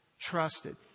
Trusted